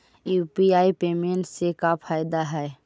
UPI payment से का फायदा है?